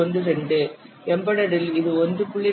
12 embedded இல் இது 1